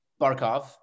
Barkov